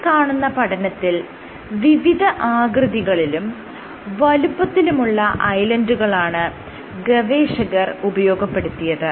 ഈ കാണുന്ന പഠനത്തിൽ വിവിധ ആകൃതികളിലും വലുപ്പത്തിലുമുള്ള ഐലൻഡുകളാണ് ഗവേഷകർ ഉപയോഗപ്പെടുത്തിയത്